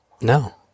No